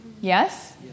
Yes